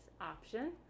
option